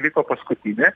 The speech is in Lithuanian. liko paskutinė